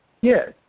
Yes